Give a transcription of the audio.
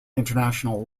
international